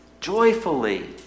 Joyfully